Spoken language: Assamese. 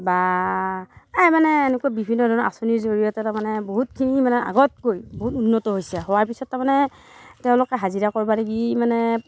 বা এই মানে এনেকুৱা বিভিন্ন ধৰণৰ আঁচনিৰ জৰিয়তে তাৰ মানে বহুতখিনি মানে আগতকৈ বহুত উন্নত হৈছে হোৱাৰ পিছত তাৰ মানে তেঁওলোকে হাজিৰা কৰিব লাগি মানে